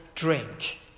Drink